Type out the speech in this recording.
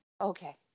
Okay